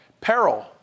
Peril